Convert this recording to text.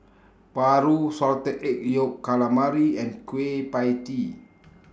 Paru Salted Egg Yolk Calamari and Kueh PIE Tee